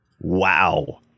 Wow